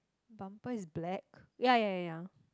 bumper is black ya ya ya ya